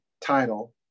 title